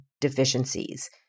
deficiencies